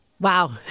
Wow